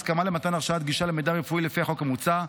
הסכמה למתן הרשאת גישה למידע רפואי לפי החוק המוצע,